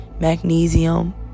magnesium